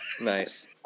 nice